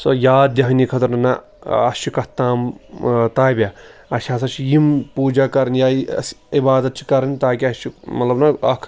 سۄ یاد دِہٲنی خٲطرٕ نہ اَسہِ چھُ کَتھ تام طابیہ اَسہِ ہَسا چھِ یِم پوٗجا کَرٕنۍ یا اَسہِ عِبادت چھِ کَرٕنۍ تاکہِ اَسہِ چھُ مطلب نہ اکھ